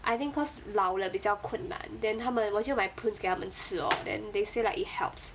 I think cause 老了比较困难 then 他们我就买 prunes 给他们吃 lor then they say like it helps